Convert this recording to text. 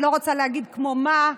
אני לא רוצה להגיד כמו מה,